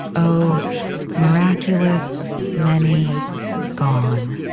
o miraculous many gone